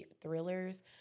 thrillers